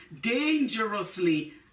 dangerously